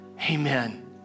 Amen